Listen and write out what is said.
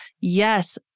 Yes